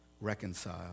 reconcile